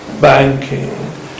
banking